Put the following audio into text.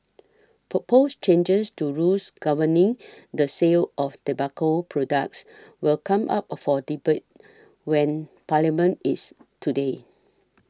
proposed changes to rules governing the sale of tobacco products will come up for debate when Parliament is today